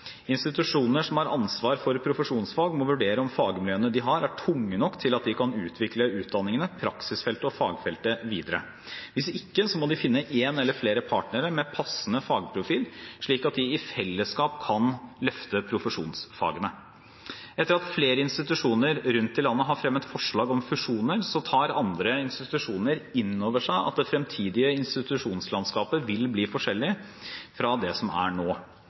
Institusjoner som har ansvar for profesjonsfag, må vurdere om fagmiljøene de har, er tunge nok til at de kan utvikle utdanningene, praksisfeltet og fagfeltet videre. Hvis ikke, må de finne én eller flere partnere med passende fagprofil, slik at de i fellesskap kan løfte profesjonsfagene. Etter at flere institusjoner rundt i landet har fremmet forslag om fusjoner, tar andre institusjoner inn over seg at det fremtidige institusjonslandskapet vil bli forskjellig fra det som er nå.